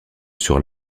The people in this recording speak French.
sur